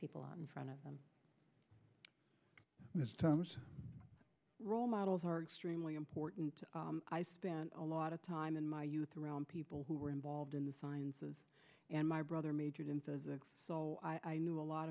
people on in front of them role models are extremely important i spent a lot of time in my youth around people who were involved in the sciences and my brother majored in physics so i knew a lot